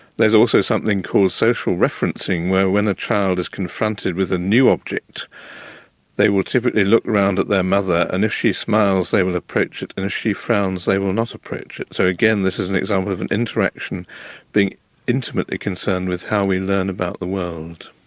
there is also something called social referencing, where when where a child is confronted with a new object they will typically look round at their mother and if she smiles they will approach it, and if she frowns they will not approach it. so again this is an example of an interaction being intimately concerned with how we learn about the world.